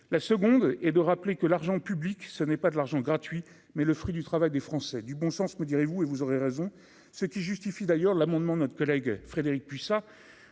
la seconde, et de rappeler que l'argent public, ce n'est pas de l'argent gratuit mais le fruit du travail des Français du bon sens, me direz-vous, et vous aurez raison ce qui justifie d'ailleurs l'amendement notre collègue Frédérique Puissat